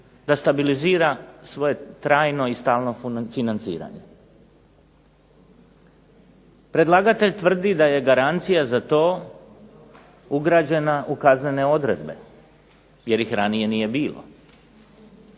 da stabilizira svoje trajno i stalno financiranje. Predlagatelj tvrdi da je garancija za to ugrađena u kaznene odredbe jer ih ranije nije bilo.